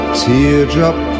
teardrop